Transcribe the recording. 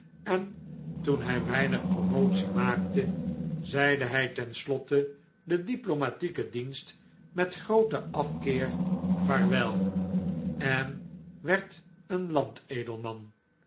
en toen hij weinig promotie rnaakte zeide hij ten slotte den diplomatieken dienst met grooten afkeer vaarwel en werd een landedelman